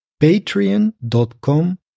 patreon.com